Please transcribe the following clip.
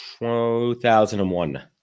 2001